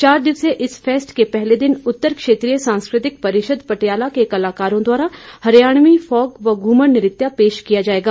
चार दिवसीय इस फेस्ट के पहले दिन उत्तर क्षेत्रीय सांस्कृतिक परिषद पटियाला के कलाकारो द्वारा हरियाणवी फोग व घूमर नृत्य पेश किया जाएगा